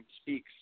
Speaks